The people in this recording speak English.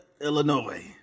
Illinois